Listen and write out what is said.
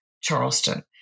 Charleston